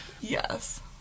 Yes